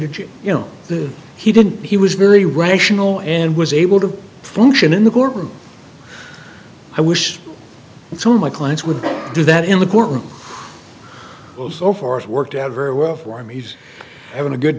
to you know the he didn't he was very rational and was able to function in the courtroom i wish to my clients would do that in the courtroom so forth worked out very well for me he's having a good